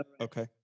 Okay